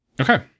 Okay